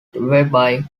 whereby